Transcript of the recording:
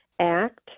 act